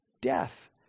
death